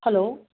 hello